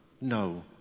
no